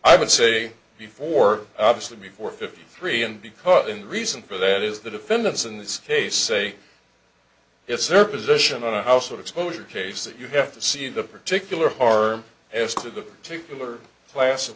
i would say before obviously before fifty three and because in reason for that is the defendants in this case say it's their position on a house of exposure case that you have to see the particular harm as to the particular class